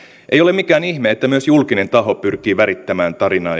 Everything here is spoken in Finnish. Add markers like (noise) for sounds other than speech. ei ole mikään ihme että myös julkinen taho pyrkii värittämään tarinaa (unintelligible)